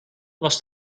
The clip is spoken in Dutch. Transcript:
was